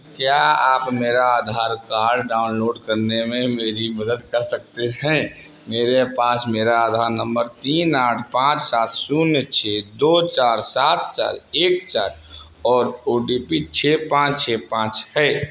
क्या आप मेरा आधार कार्ड डाउनलोड करने में मेरी मदद कर सकते हैं मेरे पास मेरा आधार नंबर तीन आठ पाँच सात शून्य छः दो चार सात चार एक चार और ओ टी पी छः पाँच छः पाँच है